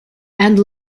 and